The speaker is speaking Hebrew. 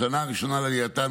בשנה הראשונה לעלייתם,